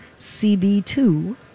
CB2